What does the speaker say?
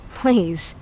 please